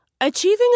Achieving